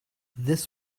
this